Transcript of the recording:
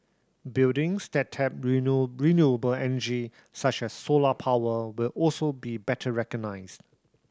buildings that tap renewable energy such as solar power will also be better recognised